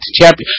champion